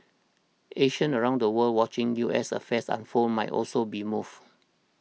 Asians around the world watching U S affairs unfold might also be moved